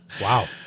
Wow